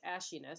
ashiness